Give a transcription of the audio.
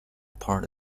part